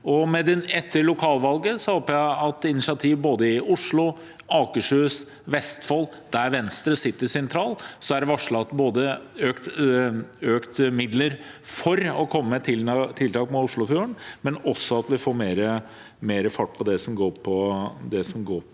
Etter lokalvalget håper jeg på initiativ både i Oslo, Akershus og Vestfold, der Venstre sitter sentralt. Det er varslet både økte midler for å komme med tiltak for Oslofjorden, og også at vi får mer fart på det som går på